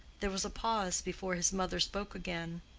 there was a pause before his mother spoke again,